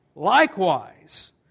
Likewise